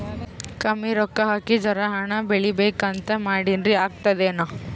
ಕಮ್ಮಿ ರೊಕ್ಕ ಹಾಕಿ ಜರಾ ಹಣ್ ಬೆಳಿಬೇಕಂತ ಮಾಡಿನ್ರಿ, ಆಗ್ತದೇನ?